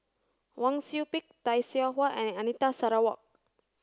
Wang Sui Pick Tay Seow Huah and Anita Sarawak